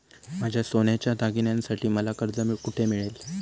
माझ्या सोन्याच्या दागिन्यांसाठी मला कर्ज कुठे मिळेल?